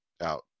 out